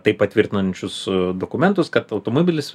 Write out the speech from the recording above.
tai patvirtinančius dokumentus kad automobilis